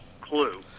clue